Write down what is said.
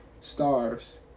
Stars